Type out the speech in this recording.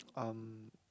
um